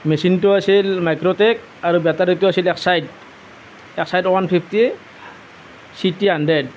মেচিনটো আছিল মাইক্ৰটেক আৰু বেটাৰীটো আছিল Exide Exide one fifty C T hundred